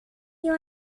you